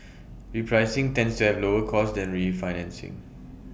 repricing tends to have lower costs than refinancing